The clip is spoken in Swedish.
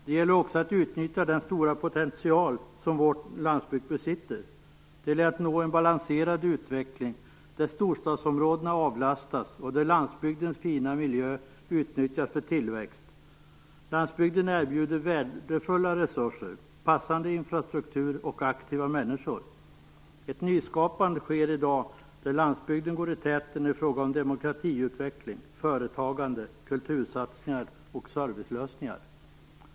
Det gäller också att utnyttja den stora potential som vår landsbygd besitter. Det gäller att nå en balanserad utveckling där storstadsområdena avlastas och där landsbygdens fina miljö utnyttjas för tillväxt. Landsbygden erbjuder värdefulla resurser, passande infrastruktur och aktiva människor. Ett nyskapande sker i dag där landsbygden går i täten i fråga om demokratiutveckling, företagande, kultursatsningar och servicelösningar.